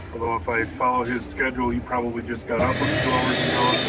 although if i follow his schedule, he probably just got up a few hours ago,